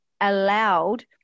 allowed